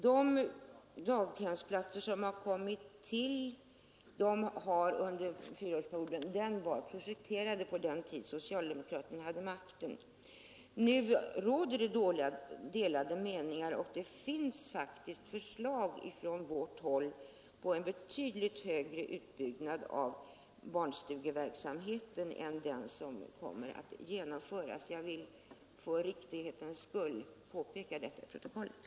De daghemsplatser som tillkommit under fyraårsperioden var projekterade på den tid socialdemokraterna hade makten. Nu råder det delade meningar, och det finns faktiskt förslag från vårt håll om en betydligt större utbyggnad av barnstugeverksamheten än den som kommer att genomföras. Jag vill för riktighetens skull få detta antecknat till protokollet.